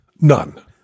None